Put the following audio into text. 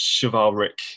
chivalric